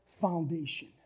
foundation